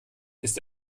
ist